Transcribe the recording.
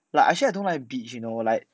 like actually I don't like beach you know like